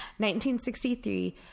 1963